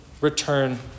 return